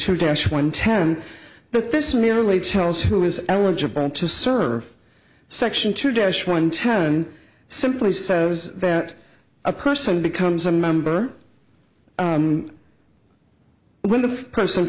two dash one ten but this merely tells who is eligible to serve section to dash one ten simply says that a person becomes a member when the person